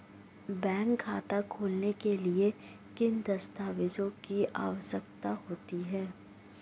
Bank खाता खोलने के लिए किन दस्तावेज़ों की आवश्यकता होती है?